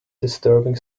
disturbing